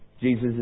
Jesus